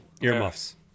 Earmuffs